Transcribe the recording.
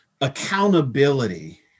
accountability